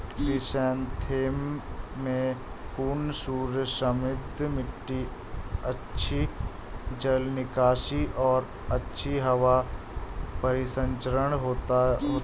chrysanthemum में पूर्ण सूर्य समृद्ध मिट्टी अच्छी जल निकासी और अच्छी हवा परिसंचरण होती है